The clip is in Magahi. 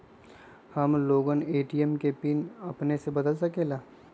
हम लोगन ए.टी.एम के पिन अपने से बदल सकेला?